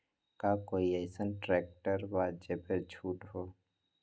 का कोइ अईसन ट्रैक्टर बा जे पर छूट हो?